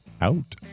Out